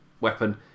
weapon